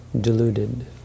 deluded